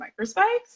microspikes